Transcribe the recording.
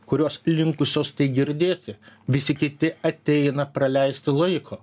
kurios linkusios tai girdėti visi kiti ateina praleisti laiko